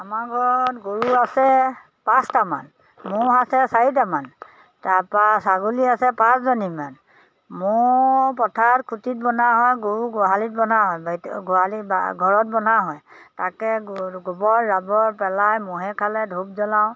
আমাৰ ঘৰত গৰু আছে পাঁচটামান ম'হ আছে চাৰিটামান তাৰপা ছাগলী আছে পাঁচজনীমান মৌ পথাৰত খুটিত বনা হয় গৰু গোহালিত বনা হয় গোহালি বা ঘৰত বনা হয় তাকে গ গোবৰ জাৱৰ পেলাই ম'হে খালে ধূপ জ্বলাওঁ